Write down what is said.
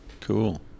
Cool